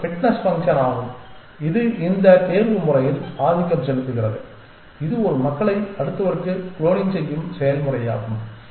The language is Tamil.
இது ஒரு ஃபிட்னஸ் ஃபங்ஷன் ஆகும் இது இந்த தேர்வு செயல்முறையில் ஆதிக்கம் செலுத்துகிறது இது ஒரு மக்களை அடுத்தவருக்கு குளோனிங் செய்யும் செயல்முறையாகும்